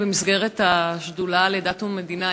במסגרת השדולה לדת ומדינה,